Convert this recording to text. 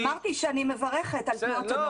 אמרתי שאני מברכת על תנועות הנוער,